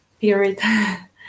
period